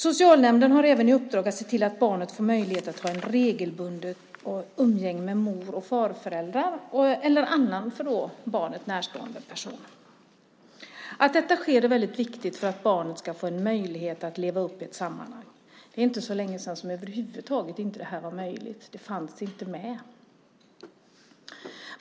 Socialnämnden har även i uppdrag att se till att barnet får möjlighet att regelbundet ha umgänge med mor och farföräldrar eller med annan barnet närstående person. Att detta sker är väldigt viktigt för att barnet ska få möjlighet att växa upp i ett sammanhang. Det är inte så länge sedan detta över huvud taget inte var möjligt; det fanns inte med.